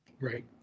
right